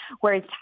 whereas